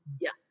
Yes